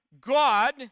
God